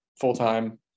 full-time